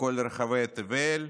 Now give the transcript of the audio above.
מכל רחבי תבל,